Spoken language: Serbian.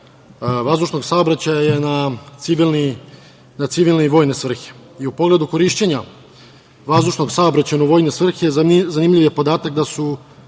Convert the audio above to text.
vazdušnog saobraćaja je na civilne i vojne svrhe. I u pogledu korišćenja vazdušnog saobraćaja u vojne svrhe zanimljiv je podatak da su